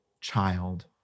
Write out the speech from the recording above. child